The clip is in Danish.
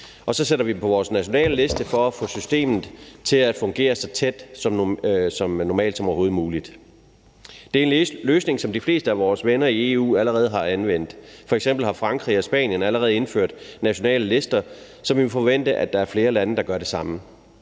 Og så sætter vi dem på vores nationale liste for at få systemet til at fungere så normalt som overhovedet muligt. Det er en løsning, som de fleste af vores vender i EU allerede har anvendt. F.eks. har Frankrig og Spanien allerede indført nationale lister, så vi må forvente, at der er flere lande, der gør det samme.